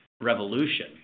revolution